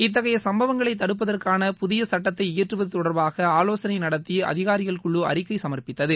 இத்தகைய சும்பவங்களை தடுப்பதற்கான புதிய சுட்டத்தை இயற்றுவது தொடர்பாக ஆலோகனை நடத்தி அதிகாரிகள் குழு அறிக்கை சமர்ப்பித்தது